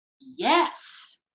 Yes